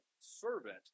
servant